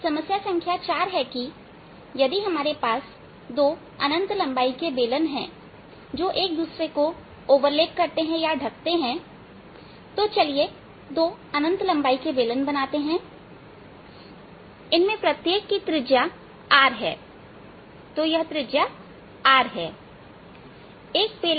समस्या संख्या 4 है कि यदि हमारे पास 2 अनंत लंबाई के बेलन हैजो एक दूसरे को ढक लेते हैंआच्छादित करते हैं तो चलिए 2 अनंत लंबाई के बेलन बनाते हैं जिनमें प्रत्येक की त्रिज्या R है तो यह त्रिज्या R का है